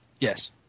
Yes